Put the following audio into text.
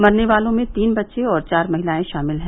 मरने वालों में तीन बच्चे और चार महिलायें शामिल हैं